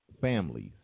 families